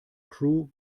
crew